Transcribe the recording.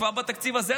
כבר בתקציב הזה,